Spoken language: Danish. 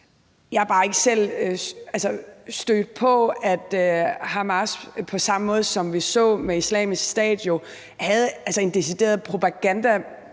er bare ikke selv stødt på, at Hamas på samme måde, som vi så det med Islamisk Stat, har en decideret propagandamaskine